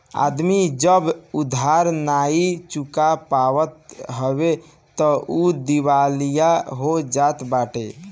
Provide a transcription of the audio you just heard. आदमी जब उधार नाइ चुका पावत हवे तअ उ दिवालिया हो जात बाटे